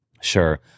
Sure